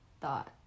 thought